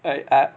I I